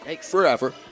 Forever